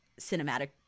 cinematic